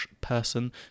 person